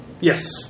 Yes